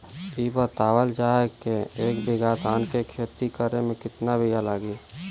इ बतावल जाए के एक बिघा धान के खेती करेमे कितना बिया लागि?